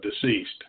deceased